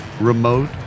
remote